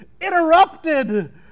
interrupted